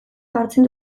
jartzen